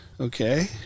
Okay